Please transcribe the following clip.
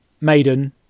Maiden